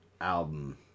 album